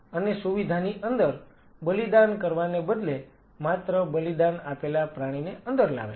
અને સુવિધાની અંદર બલિદાન કરવાને બદલે માત્ર બલિદાન આપેલા પ્રાણીને અંદર લાવે છે